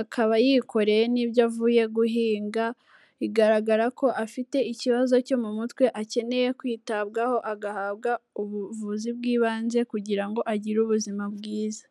akaba yikoreye n'ibyo avuye guhinga, bigaragara ko afite ikibazo cyo mu mutwe, akeneye kwitabwaho, agahabwa ubuvuzi bw'ibanze kugira ngo agire ubuzima bwiza.